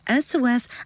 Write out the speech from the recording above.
SOS